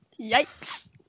yikes